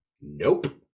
Nope